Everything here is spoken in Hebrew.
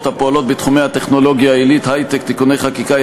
הפועלות בתחומי הטכנולוגיה העילית (היי-טק) (תיקוני חקיקה),